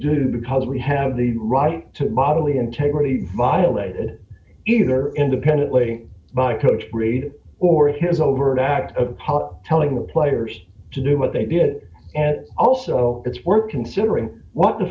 do because we have the right to bodily integrity violated either independently by coach reid or his overt act of pot telling the players to do what they did it and also it's worth considering what the